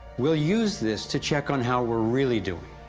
we'll use this to check on, how we're really doing.